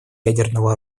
ядерного